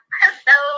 hello